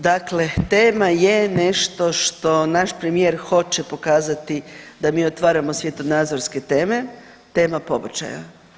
Dakle, tema je nešto što naš premijer hoće pokazati da mi otvaramo svjetonazorske teme – tema pobačaja.